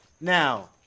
Now